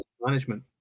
management